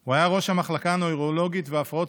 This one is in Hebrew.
הוא היה ראש המחלקה הנירולוגית והפרעות